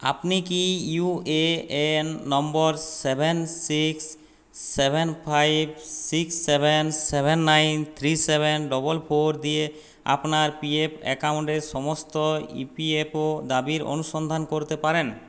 আপনি কি UAN number seven six seven five six seven seven nine three seven double four দিয়ে আপনার PF অ্যাকাউন্টের সমস্ত ইপিএফও দাবির অনুসন্ধান করতে পারেন